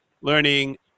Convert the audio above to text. learning